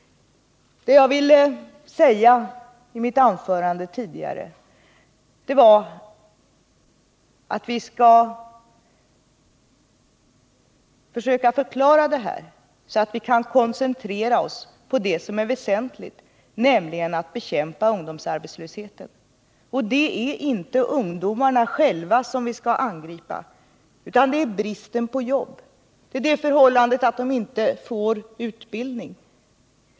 Vad jag i mitt tidigare anförande ville säga var att vi skall försöka förklara det här, så att vi kan koncentrera oss på det som är väsentligt, nämligen att bekämpa ungdomsarbetslösheten. Och det är inte ungdomarna själva som vi skall angripa utan bristen på jobb. Det är t.ex. det förhållandet att de inte får utbildning.